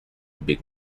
big